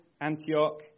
Antioch